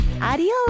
Adios